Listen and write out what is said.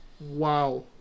wow